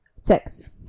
Six